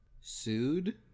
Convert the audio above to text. Sued